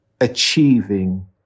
achieving